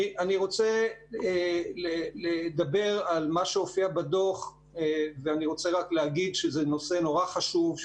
אני רוצה לדבר על מה שהופיע בדוח ואני רוצה להגיד שזה נושא נורא חשוב,